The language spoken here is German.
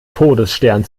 todesstern